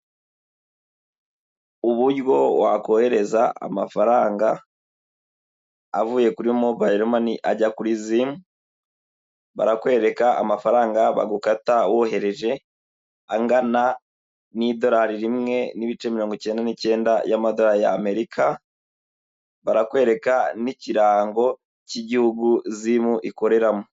Uburyo wakohereza amafaranga avuye kuri mobayiromani ajya kuri zimu, barakwereka amafaranga bagukata wohereje angana n'idorari rimwe n'ibice mirongo cyenda n'icyenda y'amadorari y'Amerika, barakwereka n'ikirango cy'Igihugu zimu ikoreramo.